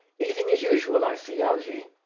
eating as usual, i see, algy!